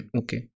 okay